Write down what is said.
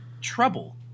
trouble